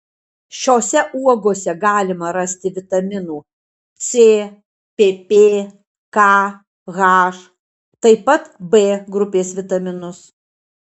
šiose uogose galima rasti vitaminų c pp k h taip pat b grupės vitaminus